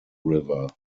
river